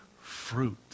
fruit